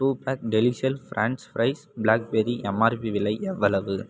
two pack டெலிசேல் french fries blackberry MRP விலை எவ்வளவு